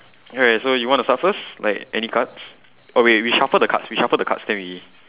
alright so you wanna start first like any cards or wait we shuffle the cards we shuffle the cards then we